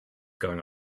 going